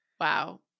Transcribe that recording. Wow